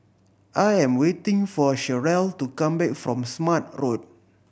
I am waiting for Cherrelle to come back from Smart Road